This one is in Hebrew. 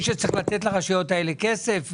שצריך לתת לרשויות האלו כסף?